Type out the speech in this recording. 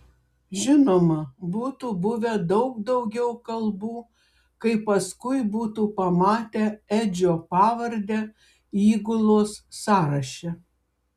žinoma būtų buvę daug daugiau kalbų kai paskui būtų pamatę edžio pavardę įgulos sąraše